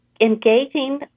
engaging